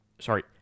sorry